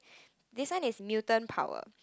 this one is mutant power